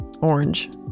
orange